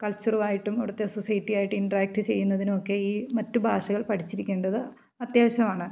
കൾച്ചറുമായിട്ടും അവിടുത്തെ സൊസൈറ്റിയുമായിട്ട് ഇൻടറാക്റ്റ് ചെയ്യുന്നതിനൊക്കെ ഈ മറ്റു ഭാഷകൾ പഠിച്ചിരിക്കേണ്ടത് അത്യാവശ്യമാണ്